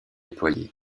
déployé